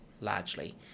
largely